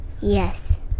Yes